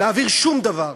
להעביר שום דבר.